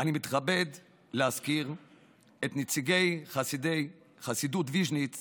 אני מתכבד להזכיר את נציגי חסידות ויז'ניץ